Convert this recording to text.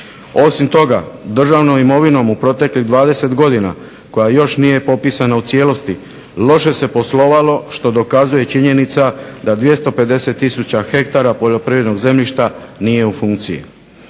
Osim toga, državnom imovinom u proteklih 20 godina koja još nije popisana u cijelosti loše se poslovalo što dokazuje činjenica da 250 tisuća hektara poljoprivrednog zemljišta nije u funkciji.